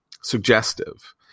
suggestive